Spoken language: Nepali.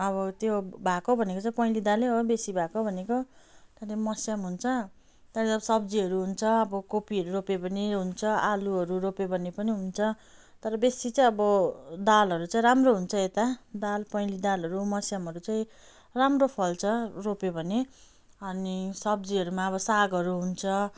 अब त्यो भएको भनेको चाहिँ पहेँली दालै हो बेसी भएको भनेको अन्त मस्याङ हुन्छ त्यहाँबाट सब्जीहरू हुन्छ अब कोपीहरू रोप्यो भने हुन्छ आलुहरू रोप्यो भने पनि हुन्छ तर बेसी चाहिँ अब दालहरू चाहिँ राम्रो हुन्छ यता दाल पहेँली दालहरू मस्याङहरू चाहिँ राम्रो फल्छ रोप्यो भने अनि सब्जीहरूमा अब सागहरू हुन्छ